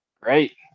Great